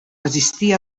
resistir